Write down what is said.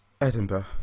Edinburgh